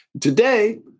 Today